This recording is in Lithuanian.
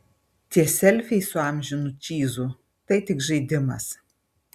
tie selfiai su amžinu čyzu tai tik žaidimas